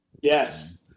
Yes